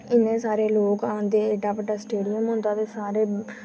किन्ने सारे लोक आंदे एड्डा बड्डा स्टेडियम होंदा ते सारे